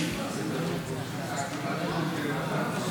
ועדת החוקה,